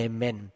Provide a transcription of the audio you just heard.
Amen